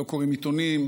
לא קוראים עיתונים,